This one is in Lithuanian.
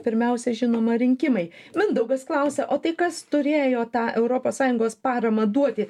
pirmiausia žinoma rinkimai mindaugas klausia o tai kas turėjo tą europos sąjungos paramą duoti